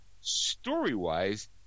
Story-wise